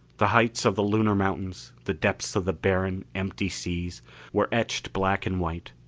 the heights of the lunar mountains, the depths of the barren, empty seas were etched black and white,